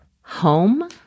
home